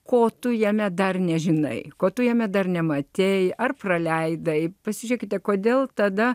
ko tu jame dar nežinai ko tu jame dar nematei ar praleidai pasižiūrėkite kodėl tada